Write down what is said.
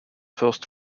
first